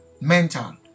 mental